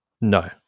No